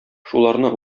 шуларны